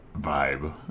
vibe